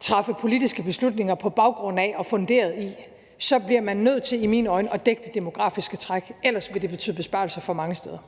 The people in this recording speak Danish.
træffe politiske beslutninger på baggrund af og funderet i, nødt til i mine øjne at dække det demografiske træk; ellers vil det betyde besparelser for mange steder.